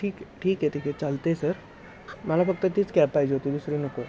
ठीक आहे ठीक आहे ठीक आहे चालतं आहे सर मला फक्त तीच कॅब पाहिजे होती दुसरी नको